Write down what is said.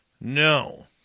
No